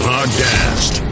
Podcast